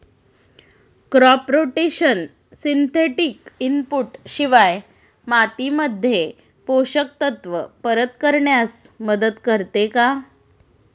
Crop rotation synthetic input शिवाय मातीमध्ये पोषक तत्त्व परत करण्यास मदत करते का?